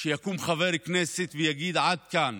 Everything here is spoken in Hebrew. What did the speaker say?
שיקום חבר כנסת, ויגיד: עד כאן.